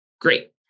Great